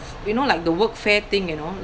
you know like the Workfare thing you know